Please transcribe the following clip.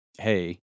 hey